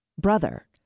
brother